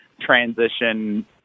transition